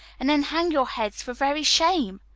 and then hang your heads for very shame!